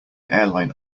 airline